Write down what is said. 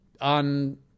on